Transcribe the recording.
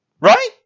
Right